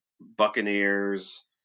Buccaneers